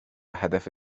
هدف